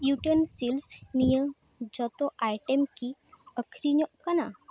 utensils ᱱᱤᱭᱟᱹ ᱡᱚᱛᱚ item ᱠᱤ ᱟᱹᱠᱷᱨᱤᱧᱚᱜ ᱠᱟᱱᱟ